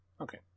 Okay